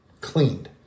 cleaned